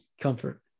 comfort